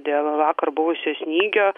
dėl vakar buvusio snygio